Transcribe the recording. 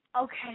Okay